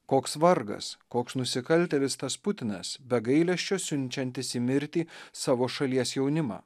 koks vargas koks nusikaltėlis tas putinas be gailesčio siunčiantis į mirtį savo šalies jaunimą